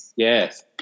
Yes